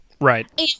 Right